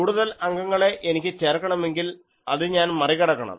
കൂടുതൽ അംഗങ്ങളെ എനിക്ക് ചേർക്കണമെങ്കിൽ അത് ഞാൻ മറികടക്കണം